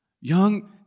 Young